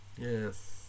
Yes